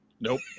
Nope